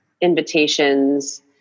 invitations